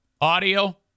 Audio